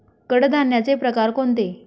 कडधान्याचे प्रकार कोणते?